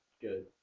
good